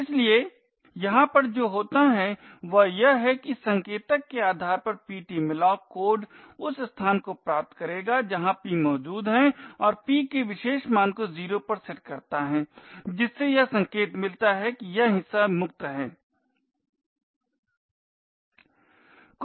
इसलिए यहाँ पर जो होता है वह यह है कि इस संकेतक के आधार पर ptmalloc कोड उस स्थान को प्राप्त करेगा जहाँ p मौजूद है और p के विशेष मान को 0 पर सेट करता है जिससे यह संकेत मिलता है कि यह हिस्सा मुक्तहै